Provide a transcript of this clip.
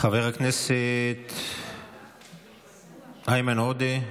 חבר הכנסת איימן עודה,